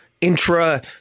intra